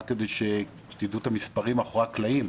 רק שתדעו את המספרים מאחורי הקלעים,